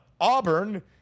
Auburn